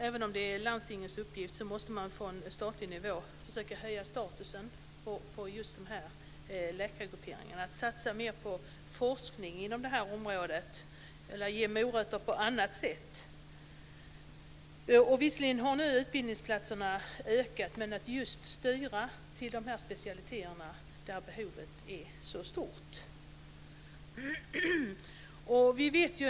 Även om det är landstingens uppgift tror jag att man från statlig nivå måste försöka höja statusen på just de här läkargrupperingarna: satsa mer på forskningen inom det här området eller ge morötter på annat sätt. Visserligen har nu utbildningsplatserna ökat, men man måste styra till de här specialiteterna där behovet är så stort.